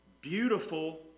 beautiful